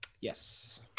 yes